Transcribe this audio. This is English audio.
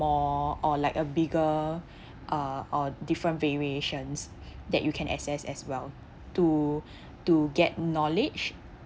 more or like a bigger uh or different variations that you can access as well to to get knowledge